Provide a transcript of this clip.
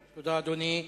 תודה, אדוני.